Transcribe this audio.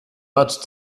much